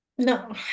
No